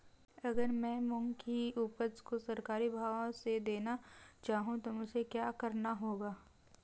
अगर मैं मूंग की उपज को सरकारी भाव से देना चाहूँ तो मुझे क्या करना होगा?